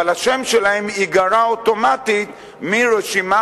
אבל השם שלהם ייגרע אוטומטית מרשימה